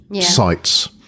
sites